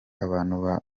abantu